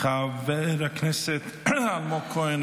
חבר הכנסת אלמוג כהן,